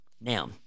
Now